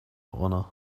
honor